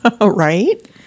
right